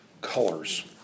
colors